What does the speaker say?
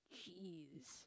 jeez